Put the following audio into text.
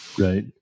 Right